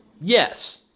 yes